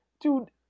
dude